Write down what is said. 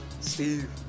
Steve